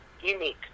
unique